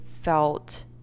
felt